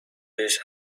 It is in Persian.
بهش